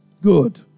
Good